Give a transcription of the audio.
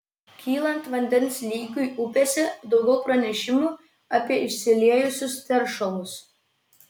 kylant vandens lygiui upėse daugiau pranešimų apie išsiliejusius teršalus